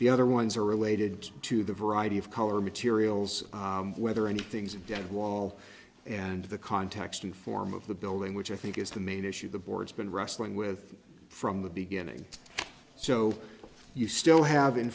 the other ones are related to the variety of color materials whether any things of dead wall and the context and form of the building which i think is the main issue the board's been wrestling with from the beginning so you still have i